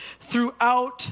throughout